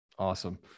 Awesome